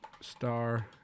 star